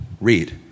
read